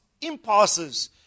impasses